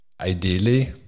ideally